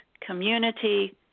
community